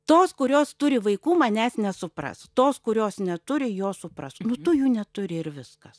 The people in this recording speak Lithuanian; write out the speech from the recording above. tos kurios turi vaikų manęs nesupras tos kurios neturi jos supras nu tu jų neturi ir viskas